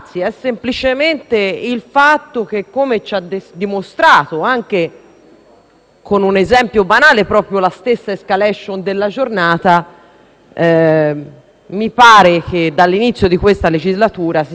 con un esempio banale la stessa *escalation* della giornata, che dall'inizio di questa legislatura si sia fatto di tutto per dimostrare che il Parlamento non conta più niente: